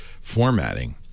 formatting